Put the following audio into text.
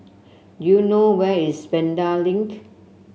do you know where is Vanda Link